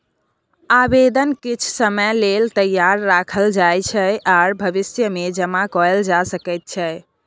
आबेदन किछ समय लेल तैयार राखल जाइ छै आर भविष्यमे जमा कएल जा सकै छै